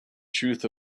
truth